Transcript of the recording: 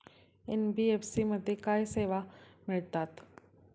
NBFC मध्ये काय सेवा मिळतात?